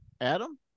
adam